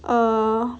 uh